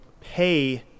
pay